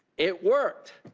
it worked.